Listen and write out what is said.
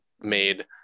made